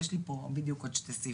יש לי פה בדיוק עוד שני סעיפים.